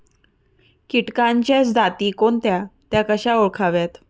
किटकांच्या जाती कोणत्या? त्या कशा ओळखाव्यात?